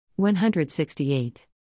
168